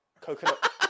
Coconut